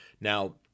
Now